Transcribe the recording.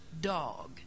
dog